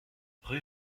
rue